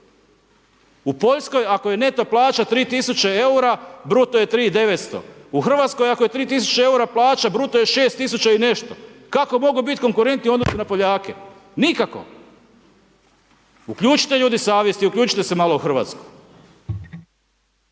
U Poljskoj ako je neto plaća 3 tisuće eura, bruto je 3 i 900. U Hrvatskoj ako je 3 tisuće eura plaća, bruto je 6 tisuća i nešto. Kako mogu biti konkurentni u odnosu na Poljake? Nikako. Uključite ljudi savjest i uključite se malo u Hrvatsku.